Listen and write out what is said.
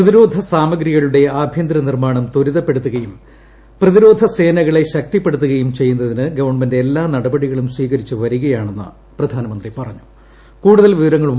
പ്രതിരോധ സാമഗ്രികളുടെ ആഭ്യന്തര നിർമ്മാണം ത്വരിതപ്പെടുത്തുകയും പ്രതിരോധ സേനകളെ ശക്തിപ്പെടുത്തുകയും ചെയ്യുന്നതിന് ഗവൺമെന്റ് എല്ലാ നടപടികളും സ്വീകരിച്ച് വരികയാണെന്ന് പ്രധാനമന്ത്രി പറഞ്ഞു